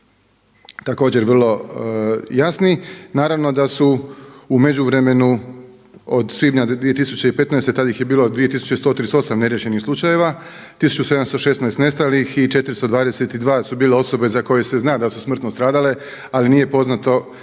također vrlo jasni. Naravno da su u međuvremenu od svibnja 2015., tada ih je bilo 2138 neriješenih slučajeva, 1716 nestalih i 422 su bile osobe za koje se zna da su smrtno stradale ali nije poznato